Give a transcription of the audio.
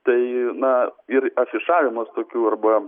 tai na ir afišavimas tokių arba